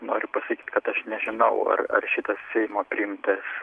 noriu pasakyt kad aš nežinau ar ar šitas seimo priimtas